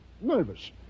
Nervous